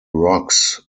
rocks